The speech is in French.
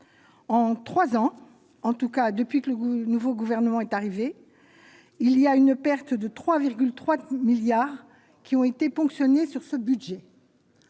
en 3 ans, en tout cas depuis que le nouveau gouvernement est arrivé il y a une perte de 3,3 milliards qui ont été ponctionnés sur ce budget,